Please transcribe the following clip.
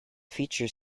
feature